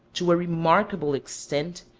to a remarkable extent,